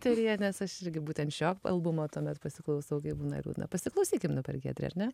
teryje nes aš irgi būtent šio albumo tuomet pasiklausau kai būna liūdna pasiklausykim dabar giedre ar ne